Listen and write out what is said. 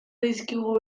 dizkigu